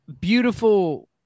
beautiful